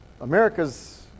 America's